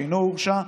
שלא הורשע,